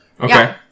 Okay